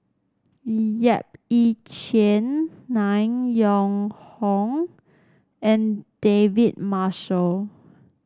Yap Ee Chian Nan Yong Hong and David Marshall